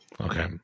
Okay